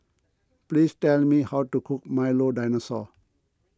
please tell me how to cook Milo Dinosaur